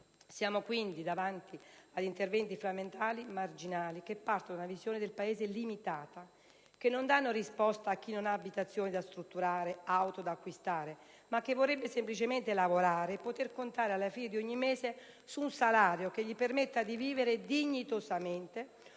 Siamo quindi davanti ad interventi frammentati e marginali che partono da una visione del Paese limitata, che non danno risposta a chi non ha abitazioni da ristrutturare o auto da acquistare ma che vorrebbe semplicemente lavorare e poter contare alla fine di ogni mese su un salario che gli permetta di vivere dignitosamente o sul sostegno economico nel momento